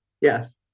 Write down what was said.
Yes